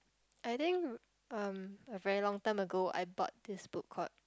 I think um a very long time ago I bought this book called